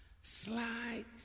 Slide